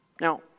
Now